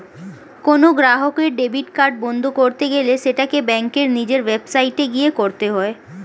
কোনো গ্রাহকের debit card বন্ধ করতে গেলে সেটাকে ব্যাঙ্কের নিজের ওয়েবসাইটে গিয়ে করতে হয়ে